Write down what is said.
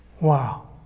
Wow